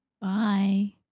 Bye